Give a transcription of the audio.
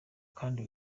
kandi